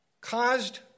caused